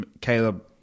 Caleb